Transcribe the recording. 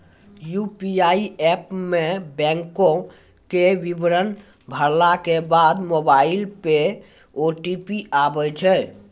UPI app मे बैंको के विबरण भरला के बाद मोबाइल पे ओ.टी.पी आबै छै